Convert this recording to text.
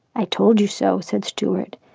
i told you so, said stuart,